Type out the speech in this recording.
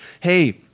hey